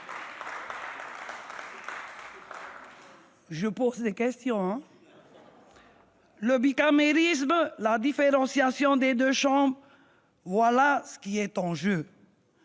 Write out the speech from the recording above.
la première ? Le bicamérisme, la différenciation des deux chambres, voilà ce qui est en jeu